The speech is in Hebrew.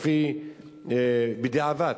בדיעבד,